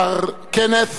מר קנת